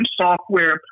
software